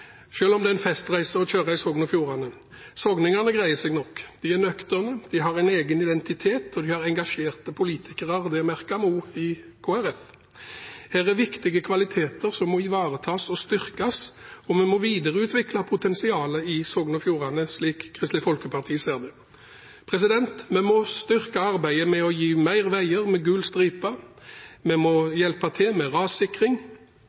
om det er en festreise å kjøre i Sogn og Fjordane. Sogningene greier seg nok. De er nøkterne, de har en egen identitet, og de har engasjerte politikere, og det merker vi også i Kristelig Folkeparti. Her er det viktige kvaliteter som må ivaretas og styrkes, og vi må videreutvikle potensialet i Sogn og Fjordane, slik Kristelig Folkeparti ser det. Vi må styrke arbeidet med å bygge flere veier med gul stripe, og vi må hjelpe til med rassikring.